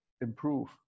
improve